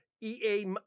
EA